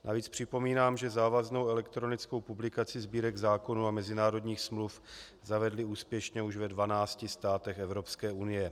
Navíc připomínám, že závaznou elektronickou publikaci sbírek zákonů a mezinárodních smluv zavedli úspěšně už ve 12 státech Evropské unie.